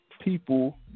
people